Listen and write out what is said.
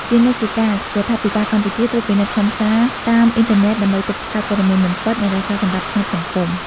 ជានិច្ចជាកាល រដ្ឋាភិបាលកម្ពុជាត្រួតពិនិត្យខ្លឹមសារតាមអ៊ីនធឺណិតដើម្បីទប់ស្កាត់ព័ត៌មានមិនពិត និងរក្សាសណ្តាប់ធ្នាប់សង្គម។